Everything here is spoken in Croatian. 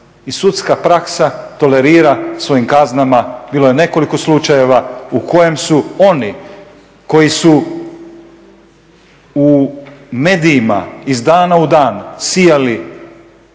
sudska praksa tolerira svojim kaznama bilo je nekoliko slučajeva u kojem su oni koji su u medijima iz dana u dan sijali